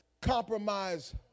compromise